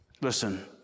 Listen